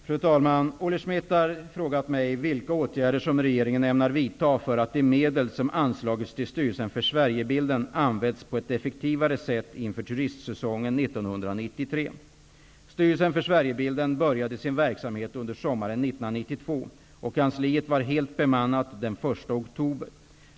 Fru talman! Olle Schmidt har frågat mig vilka åtgärder som regeringen ämnar vidta för att de medel som anslagits till Styrelsen för Sverigebilden används på ett effektivare sätt inför turistsäsongen Styrelsen för Sverigebilden började sin verksamhet under sommaren 1992, och kansliet var halt bemannat den 1 oktober.